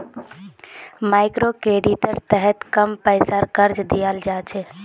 मइक्रोक्रेडिटेर तहत कम पैसार कर्ज दियाल जा छे